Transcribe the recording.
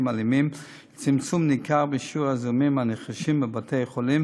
אלימים ולצמצום ניכר בשיעור הזיהומים הנרכשים בבתי-החולים